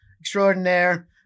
extraordinaire